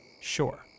Sure